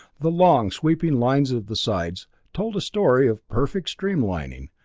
the long sweeping lines of the sides told a story of perfect streamlining,